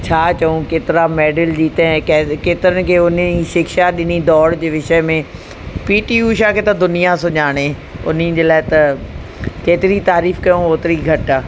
छा चऊं केतिरा मेडल जीतियाईं ऐं केरु केतिरनि खे उन जी शिक्षा ॾिनी दौड़ जे विषय में पी टी उषा खे त दुनिया सुञाणे उन्ही जे लाइ त केतिरी तारीफ़ु कयूं ओतिरी घटि आहे